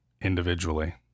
individually